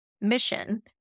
mission